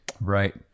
Right